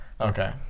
Okay